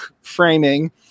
framing